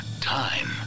time